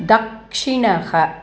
दक्षिणः